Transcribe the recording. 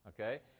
okay